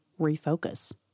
refocus